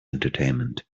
entertainment